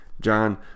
John